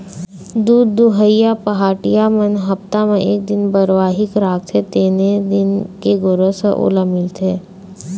दूद दुहइया पहाटिया मन हप्ता म एक दिन बरवाही राखते तेने दिन के गोरस ह ओला मिलथे